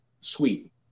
suite